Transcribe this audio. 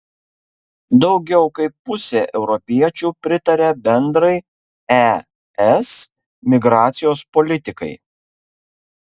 daugiau kaip pusė europiečių pritaria bendrai es migracijos politikai